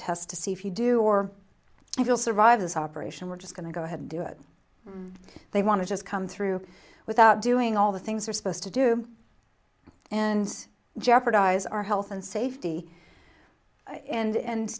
tests to see if you do or if you'll survive this operation we're just going to go ahead and do it they want to just come through without doing all the things are supposed to do and jeopardize our health and safety and